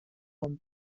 bon